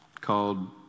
called